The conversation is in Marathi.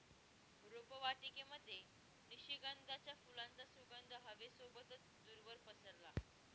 रोपवाटिकेमध्ये निशिगंधाच्या फुलांचा सुगंध हवे सोबतच दूरवर पसरला